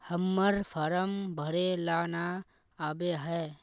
हम्मर फारम भरे ला न आबेहय?